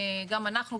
גם אנחנו,